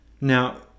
Now